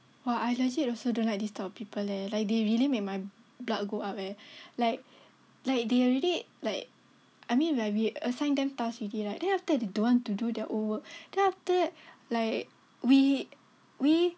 !wah! I legit also don't like this type of people leh like they really make my blood go up eh like like they already like I mean when we assign them task already right then after that they don't want to do their own work then after that like we we